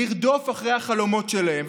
לרדוף אחרי החלומות שלהם,